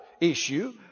issue